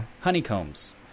Honeycombs